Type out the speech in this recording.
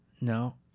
No